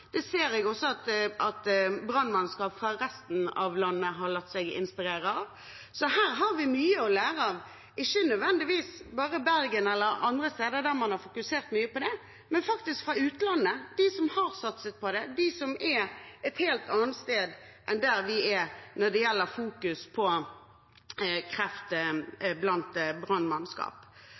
Det ser jeg også at brannmannskap fra resten av landet har latt seg inspirere av. Her har vi mye å lære, og ikke nødvendigvis bare fra Bergen eller andre steder der man har fokusert mye på det, men faktisk fra utlandet, de som har satset på det, de som er et helt annet sted enn der vi er, når det gjelder å fokusere på kreft blant brannmannskap.